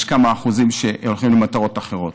יש כמה אחוזים שהולכים למטרות אחרות.